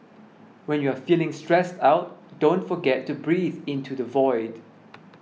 when you are feeling stressed out don't forget to breathe into the void